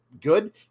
good